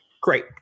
Great